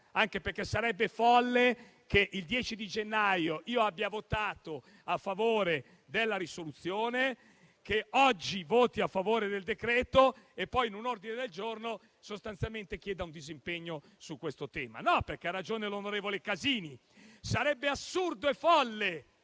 ucraina. Sarebbe folle che il 10 gennaio io abbia votato a favore della risoluzione, che oggi voti a favore del decreto e poi in un ordine del giorno sostanzialmente chieda un disimpegno su questo tema. Ha ragione l'onorevole Casini: sarebbe assurdo e folle